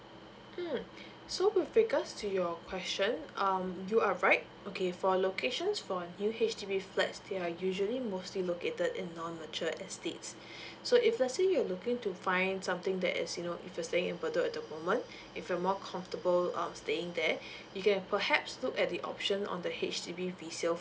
mm so with regards to your question um you are right okay for locations for new H_D_B flat there are usually mostly located in non matured estates so if let's say you are looking to find something that is you know if you're staying at bedok at the moment if you're more comfortable um staying there you can perhaps look at the option on the H_D_B resales